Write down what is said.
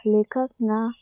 लेखक ना